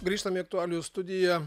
grįžtame į aktualijų studiją